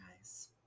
guys